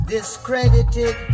Discredited